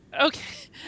Okay